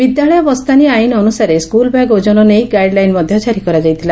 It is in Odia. ବିଦ୍ୟାଳୟ ବସ୍ତାନି ଆଇନ ଅନୁସାରେ ସ୍କୁଲ୍ ବ୍ୟାଗ୍ ଓଜନ ନେଇ ଗାଇଡ୍ ଲାଇନ୍ ମଧ୍ୟ ଜାରି କରାଯାଇଥିଲା